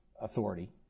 authority